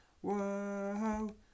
whoa